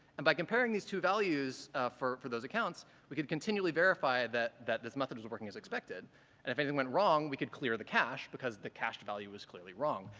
and by comparing these two values for for those accounts we could continually verify that that this method was working as expected and if anything went wrong we could clear the cache, because the cached value was clearly wrong.